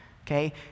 Okay